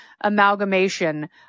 amalgamation